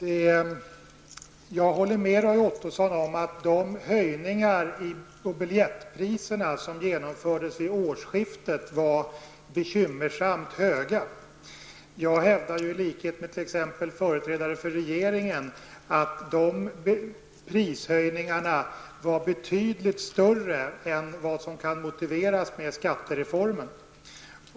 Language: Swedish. Herr talman! Jag håller med Roy Ottosson om att de höjningar på biljettpriset som genomfördes vid årsskiftet var bekymmersamt höga. I likhet med t.ex. företrädare för regeringen hävdar jag att de prishöjningarna var betydligt större än vad som kan motiveras med skattereformen.